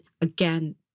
again